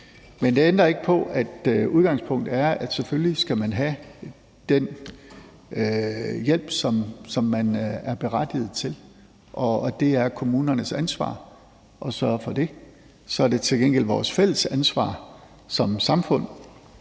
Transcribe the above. Det ændrer ikke på, at udgangspunktet er, at man selvfølgelig skal have den hjælp, som man er berettiget til. Og det er kommunernes ansvar at sørge for det. Så er det til gengæld vores fælles ansvar som samfund